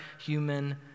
human